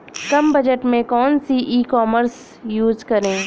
कम budget में कौन सी ई कॉमर्स यूज़ करें?